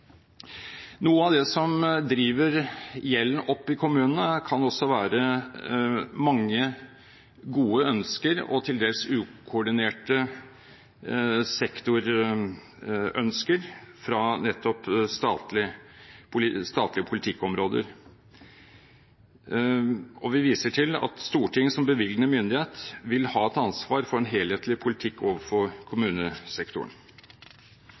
Noe av det som driver gjelden opp i kommunene, kan også være mange gode ønsker og til dels ukoordinerte sektorønsker fra nettopp statlige politikkområder. Vi viser til at Stortinget som bevilgende myndighet vil ha et ansvar for en helhetlig politikk for kommunesektoren.